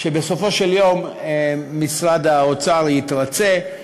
שבסופו של יום משרד האוצר יתרצה,